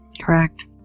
Correct